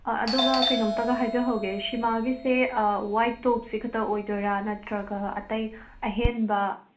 ꯑꯥ ꯑꯗꯨꯒ ꯀꯩꯅꯣꯝꯇꯒ ꯍꯥꯏꯖꯍꯧꯒꯦ ꯁꯤꯃꯥꯒꯤꯁꯦ ꯋꯥꯏꯠ ꯇꯣꯞꯁꯦ ꯈꯇꯪ ꯑꯣꯏꯗꯣꯏꯔ ꯅꯠꯇ꯭ꯔꯒ ꯑꯇꯩ ꯑꯍꯦꯟꯕ